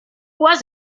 was